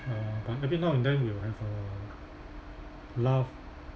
uh but every now and then we'll have a laugh